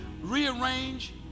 rearrange